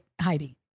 Heidi